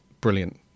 brilliant